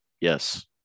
Yes